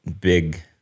big